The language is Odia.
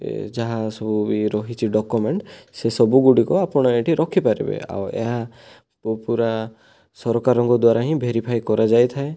ଏ ଯାହା ସବୁ ବି ରହିଛି ଡକ୍ୟୁମେଣ୍ଟ ସେ ସବୁ ଗୁଡ଼ିକ ଆପଣ ଏଇଠି ରଖିପାରିବେ ଆଉ ଏହା ପୁରା ସରକାରଙ୍କ ଦ୍ଵାରା ହିଁ ଭେରିଫାଏ କରାଯାଇଥାଏ